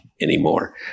anymore